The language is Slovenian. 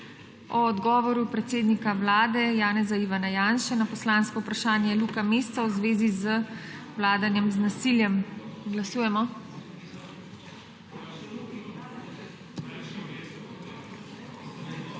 o odgovoru predsednika Vlade Janeza (Ivana Janše) na poslansko vprašanje Luke Mesca v zvezi z vladanjem z nasiljem. Glasujemo.